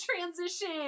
transition